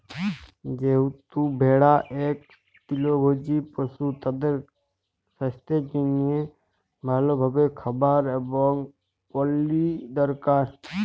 যেহেতু ভেড়া ইক তৃলভজী পশু, তাদের সাস্থের জনহে ভাল ভাবে খাবার এবং পালি দরকার